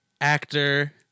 actor